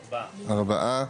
ארבעה.